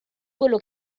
quello